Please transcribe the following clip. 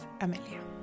Amelia